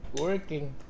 working